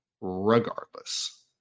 regardless